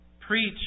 Preach